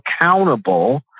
accountable